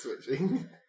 switching